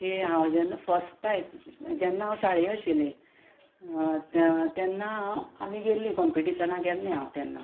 हांव जेन्ना first time जेन्ना हांव शाळे आशिल्लें तेन्ना हांव आमी गेल्लीं कॉम्पिटिशनाक गेल्लें हांव तेन्ना